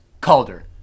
Calder